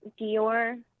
Dior